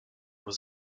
was